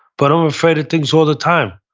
but i'm afraid of things all the time.